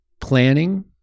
planning